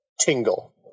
Tingle